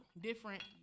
Different